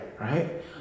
right